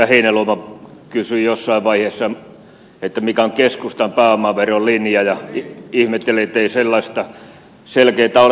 heinäluoma kysyi jossain vaiheessa mikä on keskustan pääomaverolinja ja ihmetteli ettei sellaista selkeätä linjaa ole